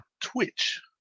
Twitch